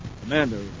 Commander